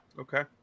Okay